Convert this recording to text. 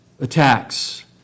attacks